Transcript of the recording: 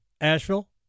Asheville